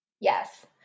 Yes